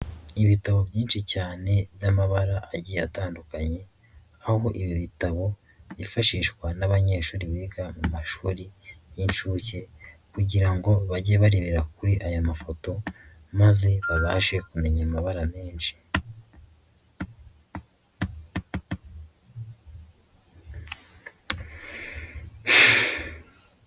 Ibitabo byinshi cyane by'amabara agiye atandukanye, aho ibi bitabo byifashishwa n'abanyeshuri biga mu mashuri y'inshuke kugira ngo bajye barebera kuri aya mafoto, maze abashe kumenya amabara menshi.